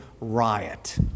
riot